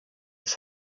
his